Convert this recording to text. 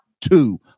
two